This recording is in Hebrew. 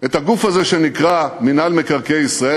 את הגוף הזה שנקרא מינהל מקרקעי ישראל.